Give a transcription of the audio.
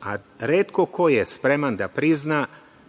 a retko ko je spreman da prizna